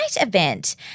event